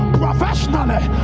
professionally